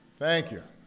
thank you.